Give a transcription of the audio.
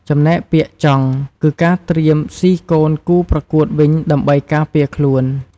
ចំណែកពាក្យ ចង់ គឺការត្រៀមស៊ីកូនគូប្រកួតវិញដើម្បីការពារខ្លួន។